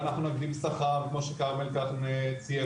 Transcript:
ואנחנו נגדיל שכר כמו שכרמל כאן ציין,